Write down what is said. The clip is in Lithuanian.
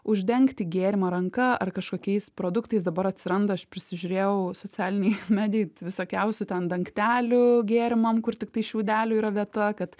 uždengti gėrimą ranka ar kažkokiais produktais dabar atsiranda aš prisižiūrėjau socialinėj medijoj visokiausių ten dangtelių gėrimam kur tiktai šiaudelių yra vieta kad